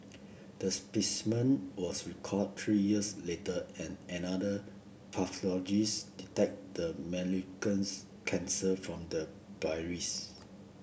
the specimen was recalled three years later and another pathologist detected the malignants cancer from the